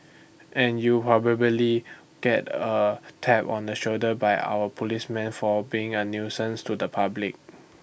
and you probably get A tap on the shoulder by our policemen for being A nuisance to the public